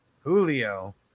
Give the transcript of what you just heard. julio